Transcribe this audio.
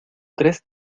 tres